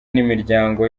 n’imiryango